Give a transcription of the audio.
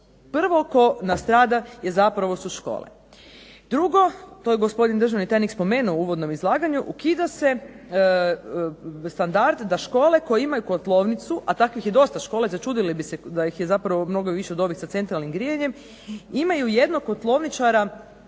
prvi nastrada su škole. Drugo, to je gospodin državni tajnik spomenuo u uvodnom izlaganju, ukida se standard da škole koje imaju kotlovnicu, a takvih je dosta škola i začudili bi se da ih je zapravo više od ovih sa centralnim grijanjem imaju jednog kotlovničara